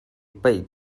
paih